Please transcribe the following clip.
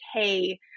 hey